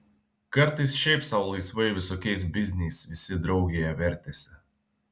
kartais šiaip sau laisvai visokiais bizniais visi draugėje vertėsi